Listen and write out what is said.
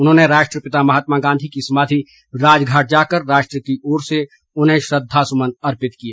उन्होंने राष्ट्रपिता महात्मा गांधी की समाधि राजघाट जाकर राष्ट्र की ओर से उन्हें श्रद्धासुमन अर्पित किए